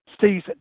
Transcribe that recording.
season